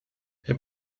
herr